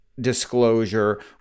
Disclosure